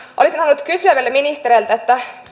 olisin halunnut kysyä vielä ministeriltä